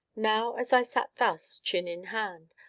now as i sat thus, chin in hand,